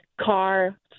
car